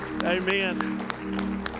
Amen